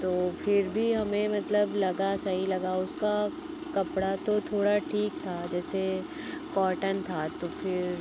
तो फिर भी हमें मतलब लगा सही लगा उसका कपड़ा तो थोड़ा ठीक था जैसे कॉटन था तो फिर